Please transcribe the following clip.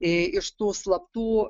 ė iš tų slaptų